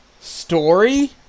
story